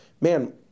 man